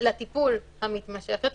לטיפול המתמשך יותר,